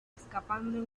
escapando